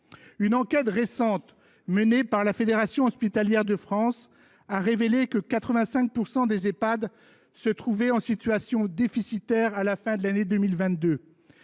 Une enquête récente, menée par la Fédération hospitalière de France, a révélé que 85 % des Ehpad se trouvaient en situation déficitaire à la fin de l’année 2022.